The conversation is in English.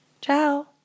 Ciao